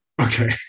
okay